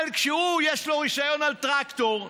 אבל כשיש לו רישיון על טרקטור,